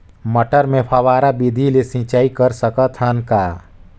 मटर मे फव्वारा विधि ले सिंचाई कर सकत हन का?